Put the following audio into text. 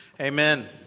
Amen